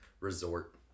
resort